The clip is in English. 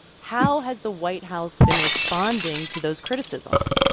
how has the white house been responding to those criticisms?